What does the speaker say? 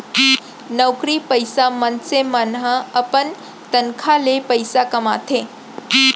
नउकरी पइसा मनसे मन ह अपन तनखा ले पइसा कमाथे